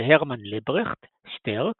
והרמן לברכט שטרק